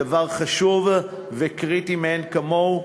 דבר חשוב וקריטי מאין-כמוהו.